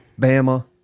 Bama